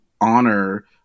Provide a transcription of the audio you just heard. honor